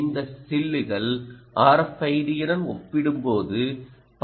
இந்த சில்லுகள் RFID உடன் ஒப்பிடும்போது 13